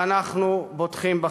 ואנחנו בוטחים בכם".